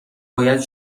باید